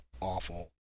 awful